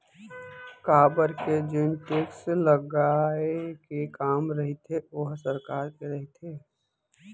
काबर के जेन टेक्स लगाए के काम रहिथे ओहा सरकार के रहिथे